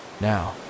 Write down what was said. now